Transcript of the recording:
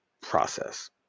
process